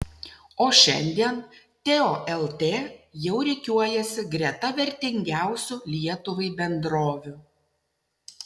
o šiandien teo lt jau rikiuojasi greta vertingiausių lietuvai bendrovių